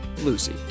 Lucy